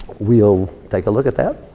we'll take a look at that.